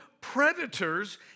predators